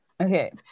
Okay